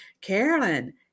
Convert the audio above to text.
Carolyn